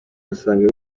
urasanga